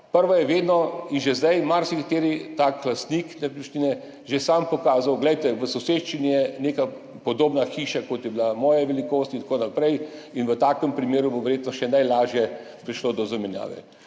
Prva je vedno ta, ki jo je zdaj že marsikateri tak lastnik nepremičnine sam pokazal, glejte, v soseščini je neka podobna hiša, kot je bila moja velikost in tako naprej, in v takem primeru bo verjetno še najlažje prišlo do zamenjave.